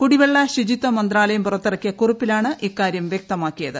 കുടിവെള്ള ശുചിത്വ മന്ത്രാലയം പുറത്തിറക്കിയ കുറിപ്പിലാണ് ഇക്കാര്യം വ്യക്തമാക്കിയത്